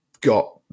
got